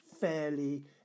fairly